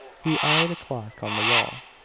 he eyed a clock on the wall.